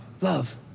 love